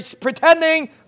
pretending